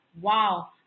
wow